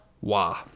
wah